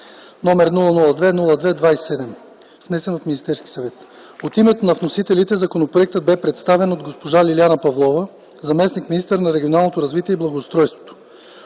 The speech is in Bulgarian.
№ 002-02-27, внесен от Министерски съвет. От името на вносителите законопроектът бе представен от госпожа Лиляна Павлова – заместник-министър на регионалното развитие и благоустройството.